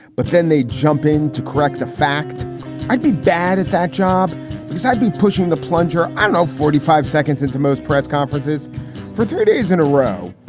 but then they jump in to correct the fact i'd be bad at that job because i'd be pushing the plunger. i know forty five seconds into most press conferences for three days in a row,